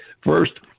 First